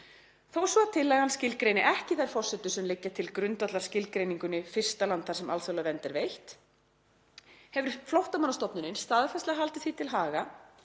Þó svo að tillagan skilgreini ekki þær forsendur sem liggja til grundvallar skilgreiningunni „fyrsta land þar sem alþjóðleg vernd er veitt“ hefur Flóttamannastofnunin staðfastlega haldið því til haga